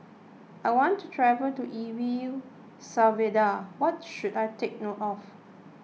I want to travel to E V U Salvador what should I take note of